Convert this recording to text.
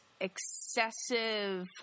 excessive